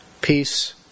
peace